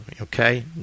okay